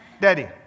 Daddy